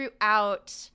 throughout